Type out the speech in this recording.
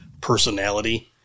personality